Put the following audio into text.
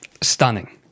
Stunning